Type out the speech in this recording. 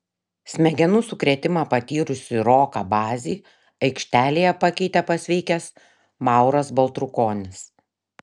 smegenų sukrėtimą patyrusį roką bazį aikštelėje pakeitė pasveikęs mauras baltrukonis